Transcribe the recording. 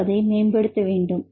பின்பு அதை மேம்படுத்த வேண்டும்